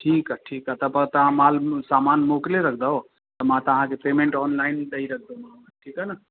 ठीकु आहे ठीकु आहे त पर तव्हां महिल सामान मोकिले रखंदव त मां तव्हांखे पेमेंट ऑनलाइन ॾेई रखंदोमांव ठीकु आहे न